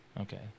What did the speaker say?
Okay